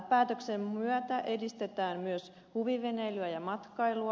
päätöksen myötä edistetään myös huviveneilyä ja matkailua